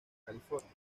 california